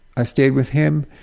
i stayed with him,